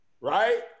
right